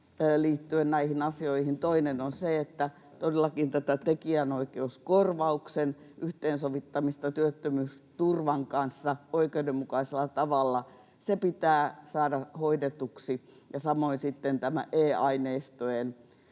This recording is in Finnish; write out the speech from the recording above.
liittyen näihin asioihin. Toinen on se, että todellakin tämä tekijänoikeuskorvauksen yhteensovittaminen työttömyysturvan kanssa oikeudenmukaisella tavalla pitää saada hoidetuksi, ja samoin sitten on tämä e-aineistojen